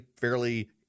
fairly